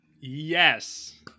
Yes